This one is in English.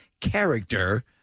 character